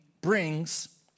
brings